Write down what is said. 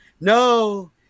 no